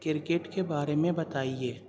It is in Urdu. کرکٹ کے بارے میں بتایئے